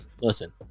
listen